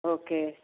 okay